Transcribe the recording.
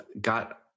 got